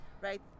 right